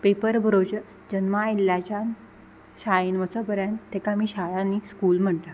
paper बरोवचे जल्मा आयिल्ल्याच्यान शाळेन वच परेन ताका आमी शाळा आनी स्कूल म्हणटा